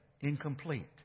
incomplete